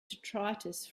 detritus